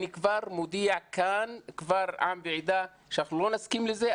אני כבר מודיע כאן קבל עם ועדה שאנחנו לא נסכים לזה.